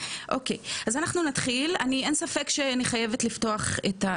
אני ממש שנה בכנסת ואני כל כך גאה ושמחה על זה